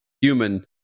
human